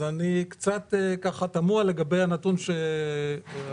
אז אני תמה לגבי הנתון שנאמר.